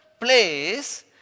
place